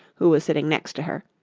who was sitting next to her.